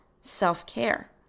self-care